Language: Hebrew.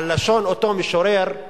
בלשון אותו משורר: